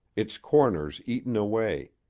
its corners eaten away,